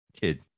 kid